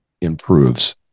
improves